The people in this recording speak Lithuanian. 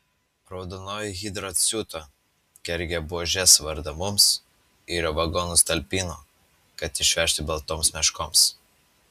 raudonoji hidra siuto kergė buožės vardą mums ir į vagonus talpino kad išvežti baltoms meškoms